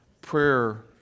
prayer